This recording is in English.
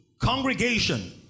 congregation